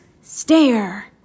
stare